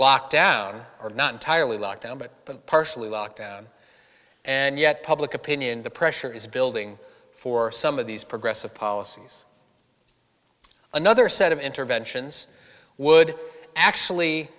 locked down or not entirely locked down but partially lockdown and yet public opinion the pressure is building for some of these progressive policies another set of interventions would actually